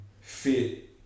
fit